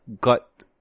got